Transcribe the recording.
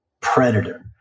predator